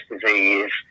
disease